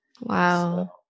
Wow